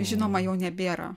žinoma jau nebėra